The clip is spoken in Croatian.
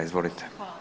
Izvolite.